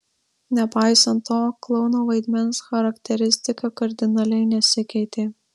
nepaisant to klouno vaidmens charakteristika kardinaliai nesikeitė